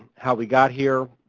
how we got here,